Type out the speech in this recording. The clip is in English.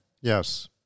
Yes